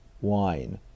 wine